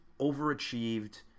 overachieved